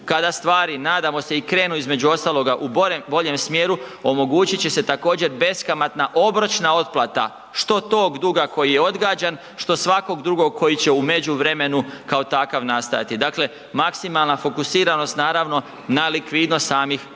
kada stvari, nadamo se, i krenu između ostaloga u boljem smjeru, omogućit će se također beskamatna obročna otplata što tog duga koji je odgađan, što svakog drugog koji će u međuvremenu kao takav nastajati. Dakle, maksimalna fokusiranost naravno na likvidnost samih obveznika.